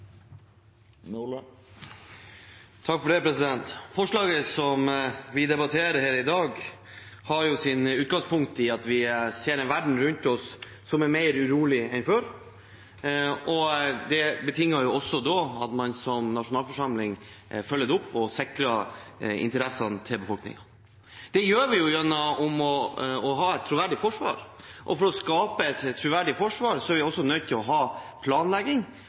Forslaget vi debatterer her i dag, har sitt utgangspunkt i at vi ser en verden rundt oss som er mer urolig enn før, og det betinger at man som nasjonalforsamling følger det opp og sikrer interessene til befolkningen. Det gjør vi gjennom å ha et troverdig forsvar, og for å skape et troverdig forsvar er vi nødt til å ha planlegging